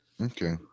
Okay